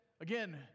again